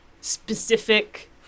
specific